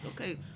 okay